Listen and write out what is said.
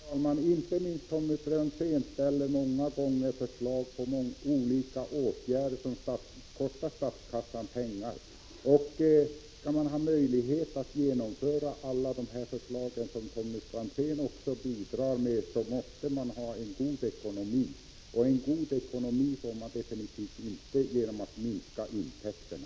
Fru talman! Inte minst Tommy Franzén framställer många gånger förslag till olika åtgärder som kostar statskassan pengar. Skall man ha möjlighet att genomföra alla de förslag som Tommy Franzén bidrar med, måste man ha en god ekonomi, men en god ekonomi får man absolut inte genom att minska intäkterna.